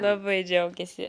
labai džiaugėsi